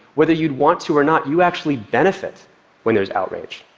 whether you'd want to or not, you actually benefit when there's outrage.